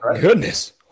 goodness